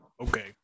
Okay